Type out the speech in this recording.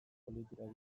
politikari